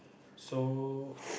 so